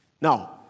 Now